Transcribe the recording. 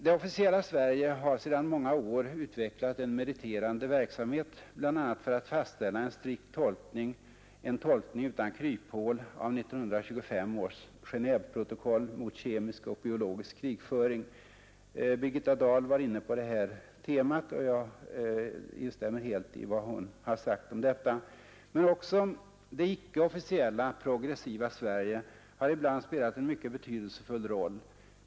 Det officiella Sverige har sedan många år utvecklat en meriterande verksamhet, bl.a. för att fastställa en strikt tolkning, en tolkning utan kryphål, av 1925 års Genéveprotokoll mot kemisk och biologisk krigföring. Birgitta Dahl var inne på detta tema, och jag instämmer helt och hållet i vad hon har sagt. Men också det icke-officiella progressiva Sverige har ibland spelat en mycket betydelsefull roll.